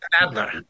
Adler